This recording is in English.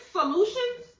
solutions